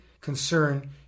concern